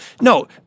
No